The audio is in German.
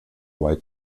wide